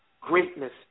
greatness